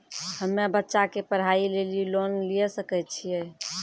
हम्मे बच्चा के पढ़ाई लेली लोन लिये सकय छियै?